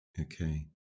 Okay